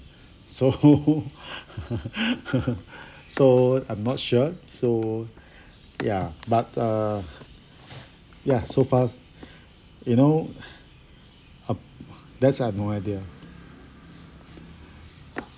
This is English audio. so so I'm not sure so ya but uh ya so far you know uh that's I've no idea